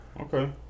okay